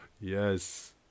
Yes